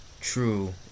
true